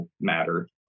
matter